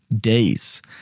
days